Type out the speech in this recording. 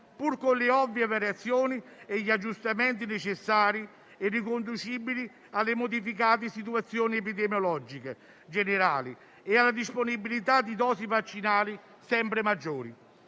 pur con le ovvie variazioni e gli aggiustamenti necessari, riconducibili alle modificate situazioni epidemiologiche generali e alla disponibilità di dosi vaccinali sempre maggiori.